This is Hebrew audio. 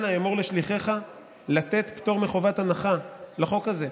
אנא אמור לשליחיך לתת פטור מחובת הנחה לחוק הזה,